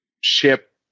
ship